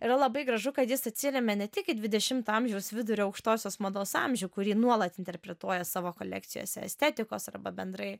yra labai gražu kad jis atsiremia ne tik į dvidešimto amžiaus vidurio aukštosios mados amžių kurį nuolat interpretuoja savo kolekcijose estetikos arba bendrai